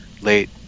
late